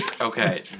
Okay